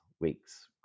weeks